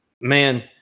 man